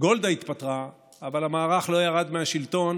גולדה התפטרה אבל המערך לא ירד מהשלטון,